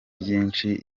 byinshi